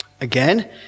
Again